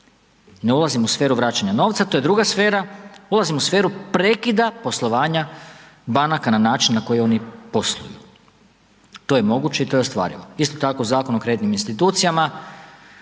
Ne ulazim u sferu vraćanja novca, do je druga sfera. Ulazim u sferu prekida poslovanja banaka na način na koji oni posluju. To je moguće i to je ostvarivo. Isto tako Zakon o kreditnim institucijama,